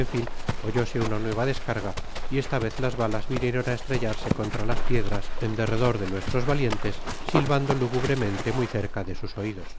eu fin oyóse una nueva descarga y esta vez las balas vinieron á estrellarse contra las piedras en derredor de nuestros valientes silvando lúgubremente muy cerca de sus oidos